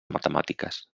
matemàtiques